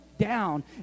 down